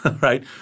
right